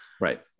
Right